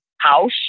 house